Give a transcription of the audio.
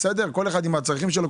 כל אחד עם הצרכים שלו,